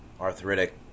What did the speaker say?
arthritic